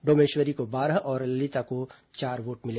डोमेश्वरी को बारह और ललिता को चार वोट मिले